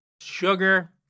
sugar